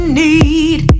need